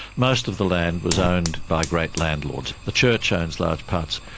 most of the land was owned by great landlords. the church owns large parts,